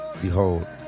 Behold